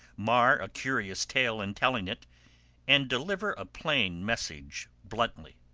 mar a curious tale in telling it and deliver a plain message bluntly.